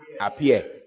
Appear